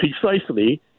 Precisely